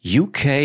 UK